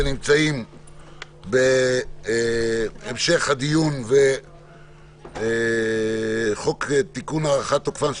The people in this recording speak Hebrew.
אנחנו נמצאים בהמשך הדיון בחוק תיקון להארכת תוקפן של